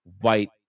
White